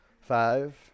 Five